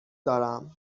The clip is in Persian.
دارم